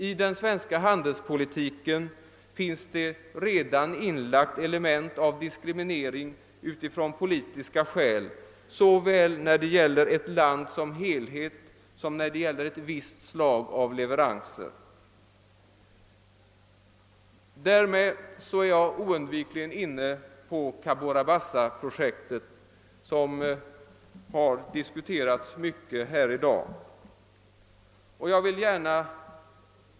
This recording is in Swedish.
I den svenska handelspolitiken finns det redan element av diskriminering av politiska skäl, såväl när det gäller ett land som helhet som när det gäller ett visst slag av leveranser. Därmed är jag oundvikligen inne på Cabora Bassa-projektet, som har diskuterats mycket här i dag.